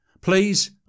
Please